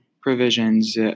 provisions